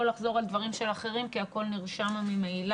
לחזור על דברים של אחרים כי הכול נרשם ממילא.